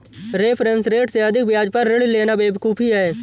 reference rate से अधिक ब्याज पर ऋण लेना बेवकूफी है